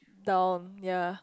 down ya